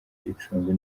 icumbi